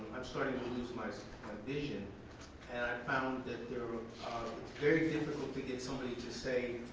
sort of to lose my so vision, and i've found it's very difficult to get somebody to say,